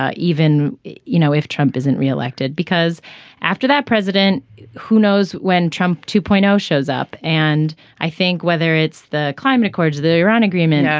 ah even you know if trump isn't re-elected because after that president who knows when trump two point zero um shows up and i think whether it's the climate accords the iran agreement. yeah